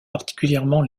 particulièrement